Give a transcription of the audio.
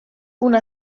una